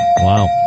Wow